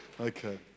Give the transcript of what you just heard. Okay